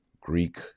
Greek